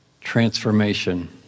transformation